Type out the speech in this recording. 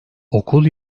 okul